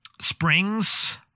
springs